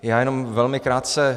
Já jenom velmi krátce.